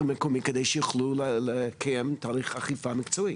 המקומי כדי שיוכלו לקיים תהליך אכיפה מקצועי.